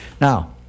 Now